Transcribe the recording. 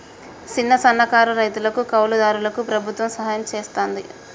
సిన్న, సన్నకారు రైతులకు, కౌలు దారులకు ప్రభుత్వం సహాయం సెత్తాదంట